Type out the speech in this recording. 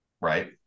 right